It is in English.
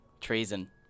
Treason